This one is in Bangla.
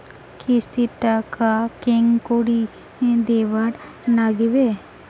কিস্তির টাকা কেঙ্গকরি দিবার নাগীবে?